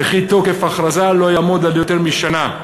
וכי תוקף ההכרזה לא יעמוד על יותר משנה.